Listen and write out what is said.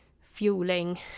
fueling